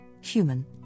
human